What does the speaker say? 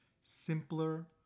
simpler